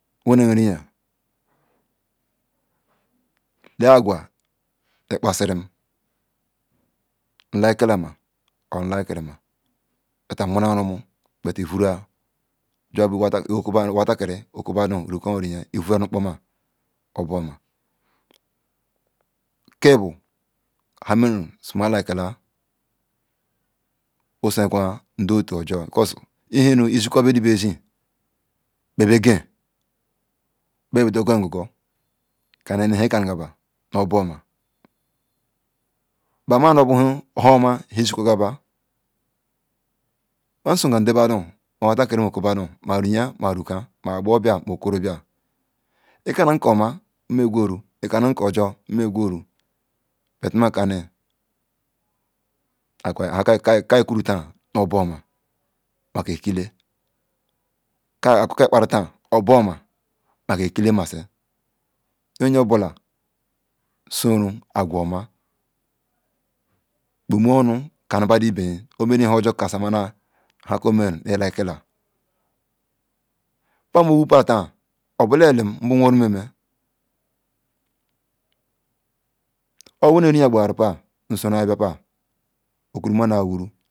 Wennem riyah ha aguia e kpa sirim Omasilam su e masirim okwa e ma lam rumu eve ru juwu bu nwalakiri okubadu ruka river eve ra ru nkpo ma obu-oma Ki bu ha meru su ma chular osu egwu nde otu oju ehi nu izi ka ba izi ba bi ge bow bidu gor yi nogu gor ka ni nu ha ekanule ga ba nu ya buoma, ba ma un ihuma hi ziwka ba nzo gam nde badu ma nwatu kuri ma okubadu, ma riyah ma ruku ma abuerbia ma okoro bia ikatun ko oma eme guru e kalum ko ju eme guru, ma kalu ka ikuru ta nu obu oma maka e ki el, agwa ka e iparu ta nu eyah buoma maka e kiel masi nye nu nyebular so rune egwa oma bume onu ka nu badu ibe eey omene ihu ju ka sa maah haka emeru nehula ma, pa mu wu pa ta obula eli em nu bu nwo rumueme Obu weyrine riyah bayaru pa nu sora bia pa okuru nu mala waru.